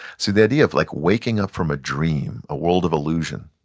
so the idea of like waking up from a dream, a world of illusion,